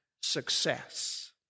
success